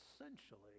essentially